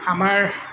আমাৰ